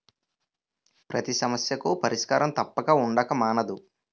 పతి సమస్యకు పరిష్కారం తప్పక ఉండక మానదు